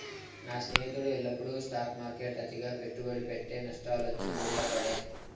నా స్నేహితుడు ఎల్లప్పుడూ స్టాక్ మార్కెట్ల అతిగా పెట్టుబడి పెట్టె, నష్టాలొచ్చి మూల పడే